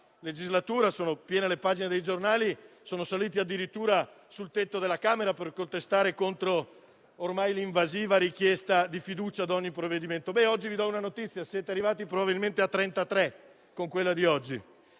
sono piene le pagine dei giornali - sono saliti addirittura sul tetto della Camera per protestare contro la ormai invasiva richiesta di fiducia posta su ogni provvedimento. Oggi vi do una notizia: siete arrivati probabilmente a 33 richieste di